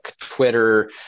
Twitter